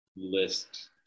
list